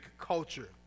culture